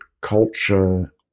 culture